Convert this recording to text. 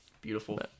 beautiful